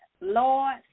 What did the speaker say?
Lord